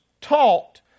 taught